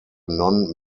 non